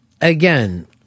again